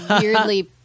weirdly